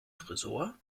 tresor